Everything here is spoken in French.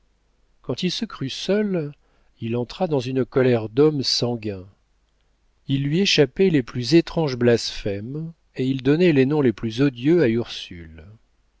quand il se crut seul il entra dans une colère d'homme sanguin il lui échappait les plus étranges blasphèmes et il donnait les noms les plus odieux à ursule